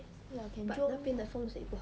ya can jio me